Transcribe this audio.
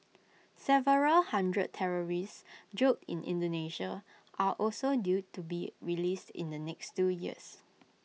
several hundred terrorists jailed in Indonesia are also due to be released in the next two years